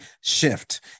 shift